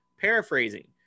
Paraphrasing